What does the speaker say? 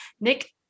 Nick